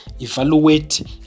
Evaluate